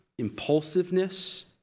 impulsiveness